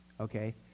Okay